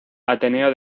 ateneo